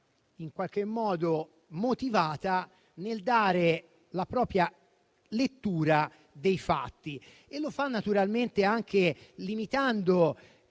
si sente motivata nel dare la propria lettura dei fatti. Lo fa naturalmente anche limitando